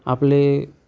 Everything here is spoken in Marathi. आपले